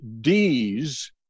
Ds